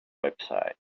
website